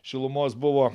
šilumos buvo